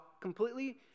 completely